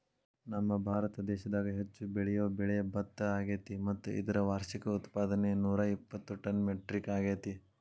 ನಮ್ಮಭಾರತ ದೇಶದಾಗ ಹೆಚ್ಚು ಬೆಳಿಯೋ ಬೆಳೆ ಭತ್ತ ಅಗ್ಯಾತಿ ಮತ್ತ ಇದರ ವಾರ್ಷಿಕ ಉತ್ಪಾದನೆ ನೂರಾಇಪ್ಪತ್ತು ಟನ್ ಮೆಟ್ರಿಕ್ ಅಗ್ಯಾತಿ